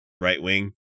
right-wing